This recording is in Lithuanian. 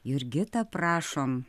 jurgita prašom